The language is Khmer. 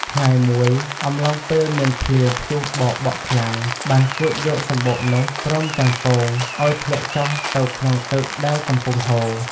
ថ្ងៃមួយ អំឡុងពេលមានភ្លៀងព្យុះបោកបក់ខ្លាំង បានគួចយកសំបុកនោះ ព្រមទាំងពង ឲ្យធ្លាក់ចុះទៅក្នុងទឹកដែលកំពុងហូរ។